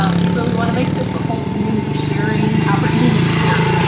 ah we really wanna make this a whole community sharing opportunity, here.